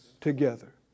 together